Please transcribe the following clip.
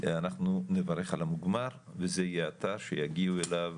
אנחנו נברך על המוגמר וזה יהיה אתר שיגיעו אליו